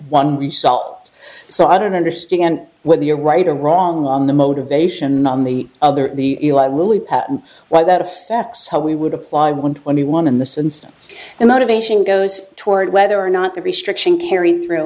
one result so i don't understand what the you're right or wrong on the motivation on the other the only patent why that affects how we would apply one twenty one in this instance the motivation goes toward whether or not the restriction carry through